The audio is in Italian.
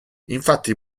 infatti